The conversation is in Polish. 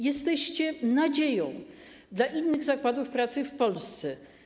Jesteście nadzieją dla innych zakładów pracy w Polsce.